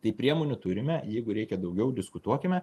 tai priemonių turime jeigu reikia daugiau diskutuokime